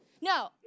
No